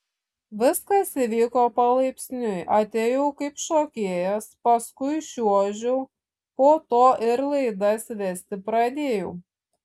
viskas įvyko palaipsniui atėjau kaip šokėjas paskui čiuožiau po to ir laidas vesti pradėjau